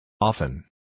Often